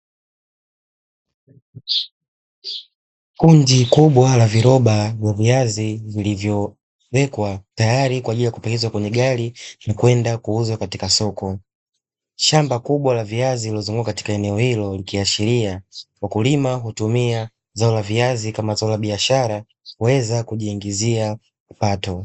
Kundi kubwa la viroba la viazi vilivyowekwa tayari kwajiili ya kupakizwa kwenye gari ili kwenda kuuza katika soko, shamba kubwa la viazi lililozunguka katika eneo hilo likiashiria wakulima hutumia zao la viazi kama zao la biashara kuweza kujiingizia kipato.